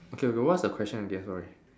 okay okay what's the question again sorry